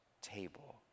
table